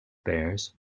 bears